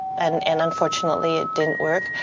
and and, unfortunately, it didn't work,